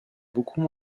beaucoup